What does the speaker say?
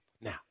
now